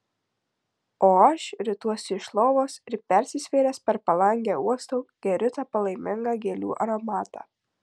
o aš rituosi iš lovos ir persisvėręs per palangę uostau geriu tą palaimingą gėlių aromatą